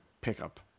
pickup